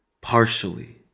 partially